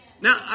Now